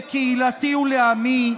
לקהילתי ולעמי.